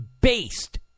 based